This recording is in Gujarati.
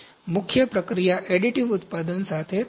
મુખ્ય પ્રક્રિયા એડિટિવ ઉત્પાદન સાથે થશે